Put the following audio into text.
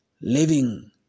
Living